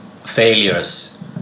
failures